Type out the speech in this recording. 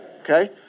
okay